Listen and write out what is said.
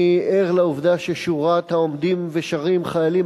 אני ער לעובדה ששורת העומדים ושרים "חיילים